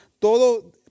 Todo